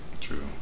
True